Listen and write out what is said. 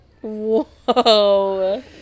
Whoa